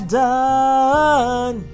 done